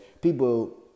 people